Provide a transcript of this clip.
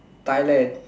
Thailand